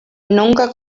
nunca